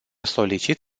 solicit